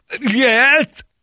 Yes